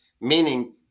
Meaning